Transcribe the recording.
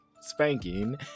spanking